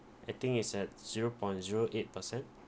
I think is at zero point zero eight per cent